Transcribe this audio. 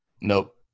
Nope